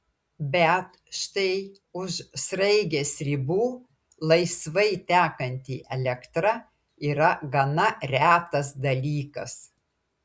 bet štai už sraigės ribų laisvai tekanti elektra yra gana retas dalykas